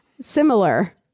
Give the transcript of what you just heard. similar